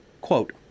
Quote